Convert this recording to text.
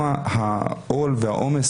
איזה עול ועומס